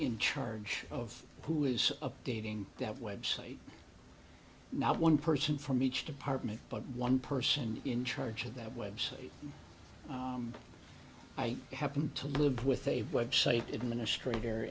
in charge of who is updating that website not one person from each department but one person in charge of that website i happen to live with a website administrator